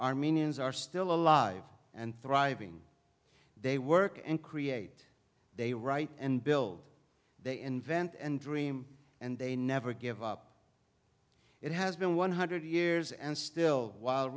armenians are still alive and thriving they work and create they write and build they invent and dream and they never give up it has been one hundred years and still whil